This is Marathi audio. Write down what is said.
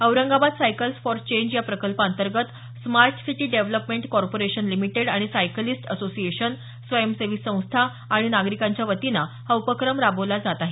औरंगाबाद सायकल्स फॉर चेंज या प्रकल्पांतर्गत smart city development corporation limited आणि सायकलिस्टस असोसिएशन स्वयंसेवी संस्था आणि नागरिकांच्या वतीनं हा उपक्रम राबवला जात आहे